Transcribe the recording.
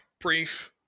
brief